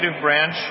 branch